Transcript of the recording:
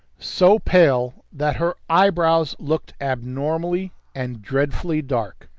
so pale that her eyebrows looked abnormally and dreadfully dark.